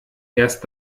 erst